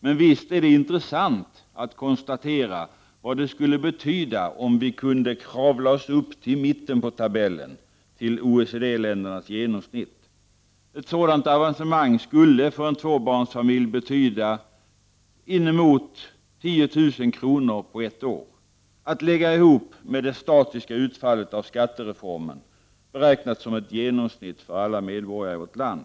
Men visst är det intressant att konstatera vad det skulle betyda om vi kunde kravla oss upp till mitten på tabellerna, till OECD-ländernas genomsnitt. Ett sådant avancemang skulle för en tvåbarnsfamilj betyda inemot 10 000 kr. per år — att lägga ihop med det statiska utfallet av skattereformen, beräknat som ett genomsnitt för alla medborgare i vårt land.